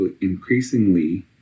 increasingly